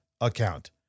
account